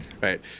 Right